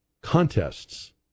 contests